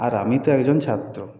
আর আমি তো একজন ছাত্র